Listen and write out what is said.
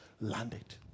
Landed